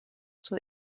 zur